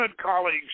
colleagues